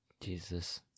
Jesus